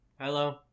Hello